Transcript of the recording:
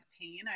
pain